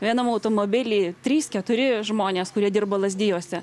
vienam automobily trys keturi žmonės kurie dirba lazdijuose